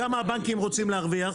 כמה הבנקים רוצים להרוויח?